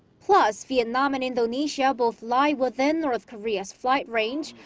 plus. vietnam and indonesia both lie within north korea's flight range.